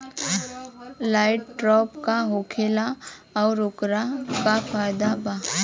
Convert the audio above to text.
Light trap का होखेला आउर ओकर का फाइदा बा?